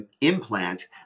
implant